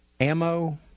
ammo